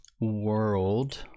world